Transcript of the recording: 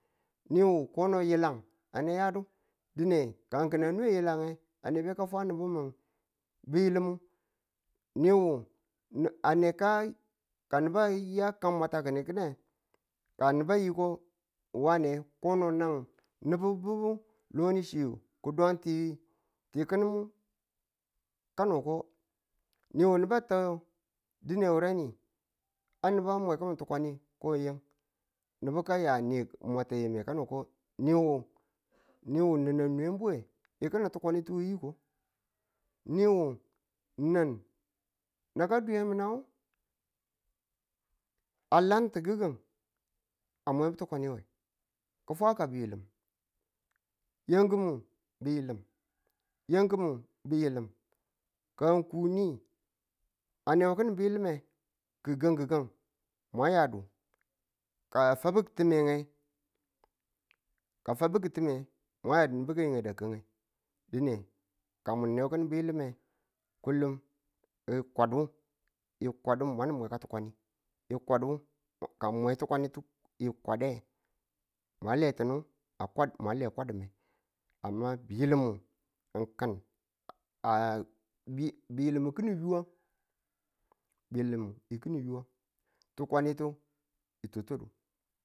niwu ko nu yilang a ne yadu dine ka kin a nwe yilang ge a ne be ka fwa nubun min biyilimu niwu n- a ne ka ka nubu a ya kan mwatake ki̱n ne ka nubu yiko wane kono nge nubububu lonichi kudon ti ti ki̱nu ng kano ko niwu nubu a ta dine wureni a nubu a mwe ki̱min tukwani ko yin nubu ka ya ni̱ mwata yemu kano ko niwu niwu n- n- ng nwembuwe yi ki̱nin tukwanintu yiko niwu nan na kan duyenminang a lamti gi̱gang a mwen bu tukwanituwe ki̱ fwa ka bilim yem kini bilim yem kini bilim kan ng ku ni a ne ki̱nin biyilim me gi̱gang gi̱gang mwa yadu ka a fabu kitime nge ka fabu ki̱time mwayadu nubu ka yingde a ki̱ne dine ka mwan a ne ki̱nin biyilim me kullum ng kwadu nge kwadu mwa nun mwe ka tukwani yi kwadu ka ng mwe tukwanitu nge kwade mwa letunu a kwad mwa le kwadune amma biyilim ng kin a- a b- biyilimmu kini yuang biyilimmu kini yuag tukwanitu nge tutur.